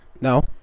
No